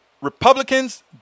Republicans